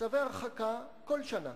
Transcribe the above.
צווי הרחקה, כל שנה.